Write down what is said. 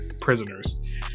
prisoners